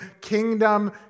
Kingdom